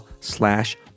slash